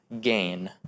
gain